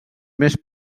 més